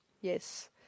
Yes